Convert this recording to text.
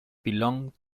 belong